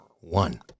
one